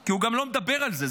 כי הוא גם לא מדבר על זה,